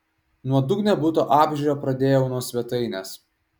nuodugnią buto apžiūrą pradėjau nuo svetainės